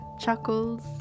chuckles